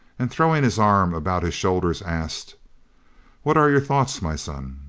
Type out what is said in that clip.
and, throwing his arm about his shoulders, asked what are your thoughts, my son?